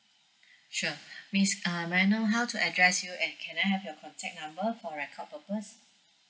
sure miss uh may I know how to address you and can I have your contact number for record purpose